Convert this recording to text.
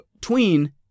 tween